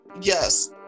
yes